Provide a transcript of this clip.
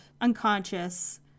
unconscious